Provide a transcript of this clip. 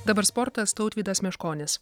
dabar sportas tautvydas meškonis